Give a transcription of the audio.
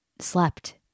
slept